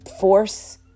force